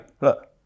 Look